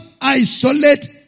isolate